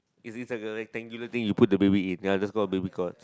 is it like a tangling thing you put the baby in ya that call a baby court